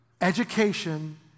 Education